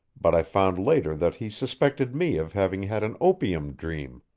but i found later that he suspected me of having had an opium dream.